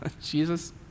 Jesus